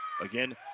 Again